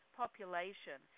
population